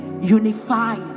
unified